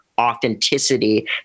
authenticity